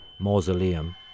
mausoleum